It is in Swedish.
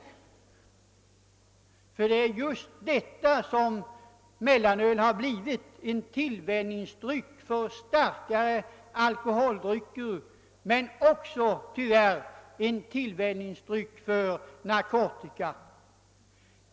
Mellanöl har nämligen blivit en tillvänjningsdryck, som leder till starkare alkoholdrycker men tyvärr också till narkotika.